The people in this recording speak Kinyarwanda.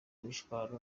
imishwaro